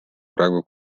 praegu